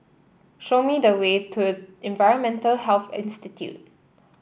show me the way to Environmental Health Institute